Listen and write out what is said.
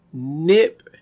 Nip